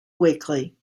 weekly